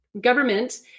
government